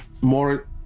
more